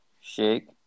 Shake